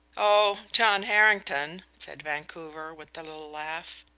oh john harrington, said vancouver with a little laugh.